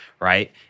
right